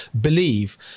believe